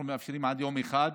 אנחנו מאפשרים עד יום אחד,